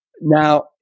Now